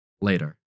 later